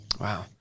Wow